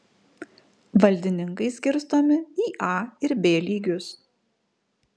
valdininkai skirstomi į a ir b lygius